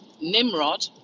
Nimrod